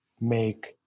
make